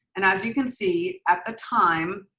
and as you can see at the time,